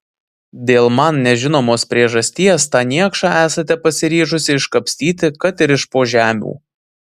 dėl man nežinomos priežasties tą niekšą esate pasiryžusi iškapstyti kad ir iš po žemių